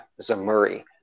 Zamuri